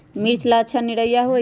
मिर्च ला अच्छा निरैया होई?